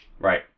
Right